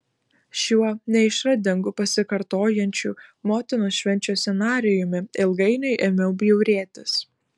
šiuo neišradingu pasikartojančių motinos švenčių scenarijumi ilgainiui ėmiau bjaurėtis